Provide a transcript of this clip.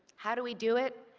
how do we do it?